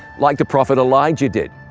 like the prophet elijah did?